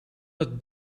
het